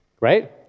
right